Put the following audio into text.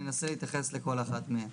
אני אנסה להתייחס לכל אחת מהן.